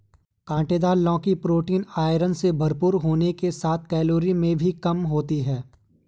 काँटेदार लौकी protein, iron से भरपूर होने के साथ कैलोरी में भी कम होती है